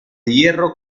hierro